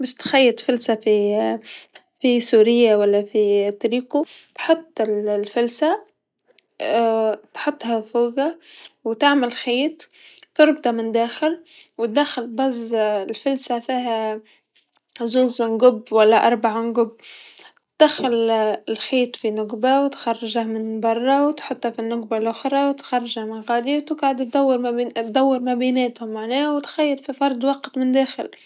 باش تخيط فلسفه في سوريا و لا في تريكو، تحط الفلسه تحطها فوقا و تعمل خيط تربطه من الداخل، و دخل باز الفلسه فيها فيها زوز نقق و لا أربع نقق، دخل الخيط في نقبه و تخرجه من برا و تحطه في نقبه لوخرا و تخرجه من غاديك و تقعد دور دور ما بيناتهم معناه و تخيط في فرد وقت من داخل.